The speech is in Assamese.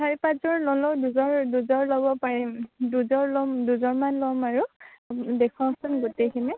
চাৰি পাঁচযোৰ নলওঁ দুযৰ দুযোৰ ল'ব পাৰিম দুযোৰ লম দুযোৰমান লম আৰু দেখুৱাওকচোন গোটেইখিনি